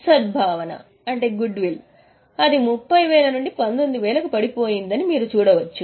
సద్భావన సద్భావన 30 నుండి 19 కి పడిపోయిందని మీరు చూడవచ్చు